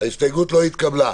ההסתייגות לא התקבלה.